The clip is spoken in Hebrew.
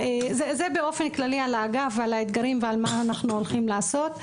זה באופן כללי על האגף ועל האתגרים ועל מה אנחנו הולכים לעשות.